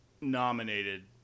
nominated